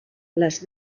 les